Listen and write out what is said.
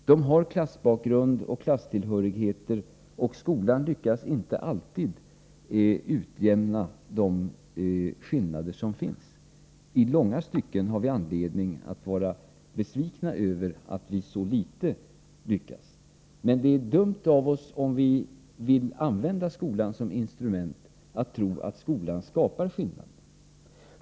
Eleverna har klassbakgrund och klasstillhörigheter, och skolan lyckas inte alltid utjämna de skillnader som finns. I långa stycken har vi anledning att vara besvikna över att vi så litet lyckas. Men om vi vill använda skolan som instrument är det dumt av oss att tro att skolan skapar skillnaderna.